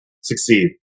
succeed